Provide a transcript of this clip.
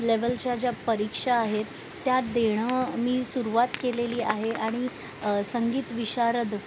लेवलच्या ज्या परीक्षा आहेत त्या देणं मी सुरुवात केलेली आहे आणि संगीत विशारद